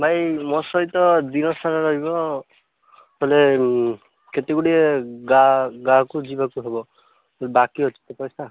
ଭାଇ ମୋ ସହିତ ଦିନସାରା ରହିବ ବୋଲେ କେତେ ଗୁଡ଼ିଏ ଗାଁ ଗାଁ କୁ ଯିବାକୁ ହେବ ବାକି ଅଛି ତ ପଇସା